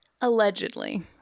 Allegedly